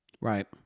Right